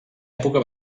època